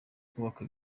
kubakwa